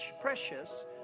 precious